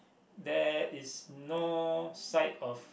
there is no sight of